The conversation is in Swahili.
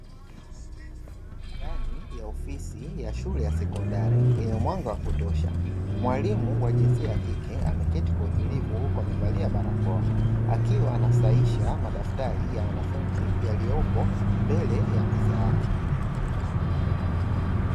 Ndani ya ofisi ya shule ya sekondari yenye mwanga wa kutosha, mwalimu wa jinsia ya kike ameketi kwa utulivu huku amevalia barakoa, akiwa anasahihisha madaftari ya wanafunzi yaliyopo mbele ya meza yake.